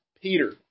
Peter